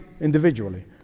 individually